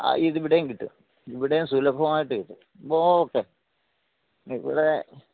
ആ ഇത് ഇവിടെയും കിട്ടും ഇവിടെ സുലഭമായിട്ട് കിട്ടും അപ്പം ഓക്കെ ഇവിടെ